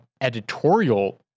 editorial